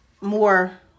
more